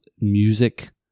music